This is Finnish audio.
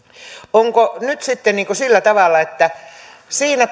onko nyt sitten sillä tavalla että siinä